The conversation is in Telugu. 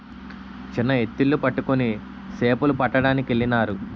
చిన్న ఎత్తిళ్లు పట్టుకొని సేపలు పట్టడానికెళ్ళినారు